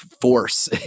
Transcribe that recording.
force